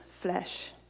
flesh